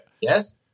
Yes